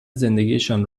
زندگیشان